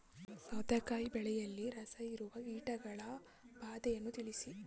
ಸೌತೆಕಾಯಿ ಬೆಳೆಯಲ್ಲಿ ರಸಹೀರುವ ಕೀಟಗಳ ಬಾಧೆಯನ್ನು ತಿಳಿಸಿ?